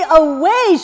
away